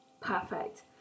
perfect